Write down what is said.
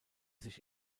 sich